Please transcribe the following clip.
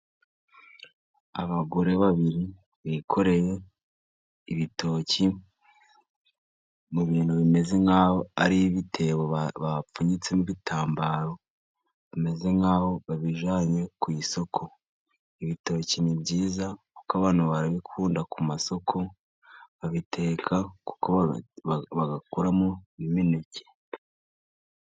Abagore babiri bikoreye ibitoki mu bintu bimeze nk'aho ari ibitebo bapfunyitsemo ibitambaro, bameze nk'aho babijyananye ku isoko. Ibitoki ni byiza kuko abantu barabikunda ku masoko, babiteka kuko bagakuramo n'imineke.